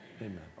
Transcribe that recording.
Amen